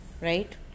Right